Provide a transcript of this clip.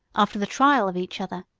after the trial of each other,